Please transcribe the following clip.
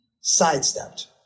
sidestepped